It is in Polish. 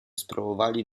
spróbowali